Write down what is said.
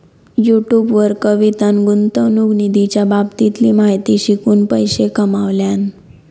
YouTube वर कवितान गुंतवणूक निधीच्या बाबतीतली माहिती शिकवून पैशे कमावल्यान